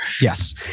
Yes